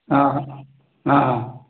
हा हा